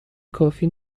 کافی